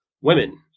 women